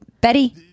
Betty